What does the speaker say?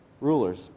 rulers